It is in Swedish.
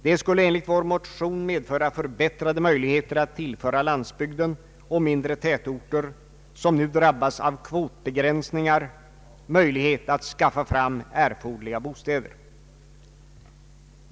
Det skulle enligt vår motion medföra förbättrade möjligheter att tillföra landsbygden och mindre tätorter, som nu drabbas av kvotbegränsningar, möjlighet att skaffa fram erforderliga bostäder.